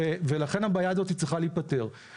לכן הבעיה הזאת צריכה להיפתר.